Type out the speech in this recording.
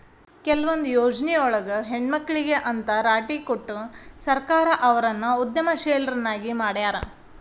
ಕೆಲವೊಂದ್ ಯೊಜ್ನಿಯೊಳಗ ಹೆಣ್ಮಕ್ಳಿಗೆ ಅಂತ್ ರಾಟಿ ಕೊಟ್ಟು ಸರ್ಕಾರ ಅವ್ರನ್ನ ಉದ್ಯಮಶೇಲ್ರನ್ನಾಗಿ ಮಾಡ್ಯಾರ